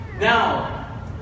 Now